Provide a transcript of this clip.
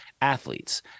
athletes